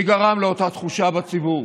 מי גרם לאותה תחושה בציבור